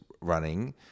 running